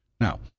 Now